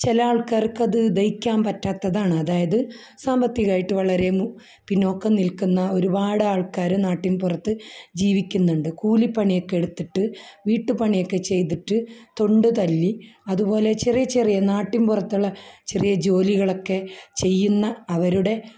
ചില ആൾക്കാർക്ക് അത് ദഹിക്കാൻ പറ്റാത്തതാണ് അതായത് സാമ്പത്തികമായിട്ട് വളരെ പിന്നോക്കം നിൽക്കുന്ന ഒരുപാട് ആൾക്കാര് നാട്ടിൻപുറത്ത് ജീവിക്കുന്നുണ്ട് കൂലിപ്പണിയൊക്കെ എടുത്തിട്ട് വീട്ടുപണിയൊക്കെ ചെയ്തിട്ട് തൊണ്ട് തല്ലി അതുപോലെ ചെറിയ ചെറിയ നാട്ടിൻ പുറത്തുള്ള ചെറിയ ജോലികളൊക്കെ ചെയ്യുന്ന അവരുടെ